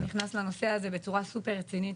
שנכנס לנושא הזה סופר רצינית.